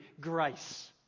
grace